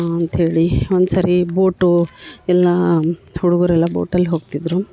ಅಂತ ಹೇಳಿ ಒಂದು ಸಾರಿ ಬೋಟು ಎಲ್ಲ ಹುಡ್ಗುರು ಎಲ್ಲ ಬೋಟಲ್ಲಿ ಹೋಗ್ತಿದ್ದರು